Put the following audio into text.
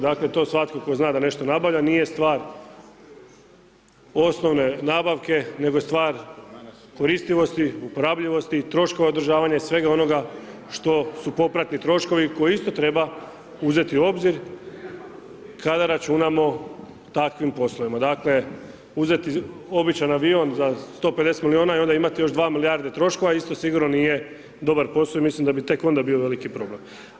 Dakle, to svatko tko zna da nešto nabavlja nije stvar osnovne nabavke, nego je stvar koristivosti, uporabljivosti, troškova održavanja i svega onoga što su popratni troškovi koje isto treba uzeti u obzir kada računamo u takvim poslovima, dakle uzeti običan avion za 150 milijuna, i onda imati još 2 milijarde troškova, isto sigurno nije dobar posao i mislim da bi tek onda bio veliki problem.